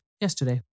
yesterday